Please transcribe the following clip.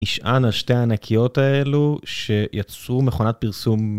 נשען על שתי ענקיות האלו שיצרו מכונת פרסום.